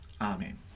Amen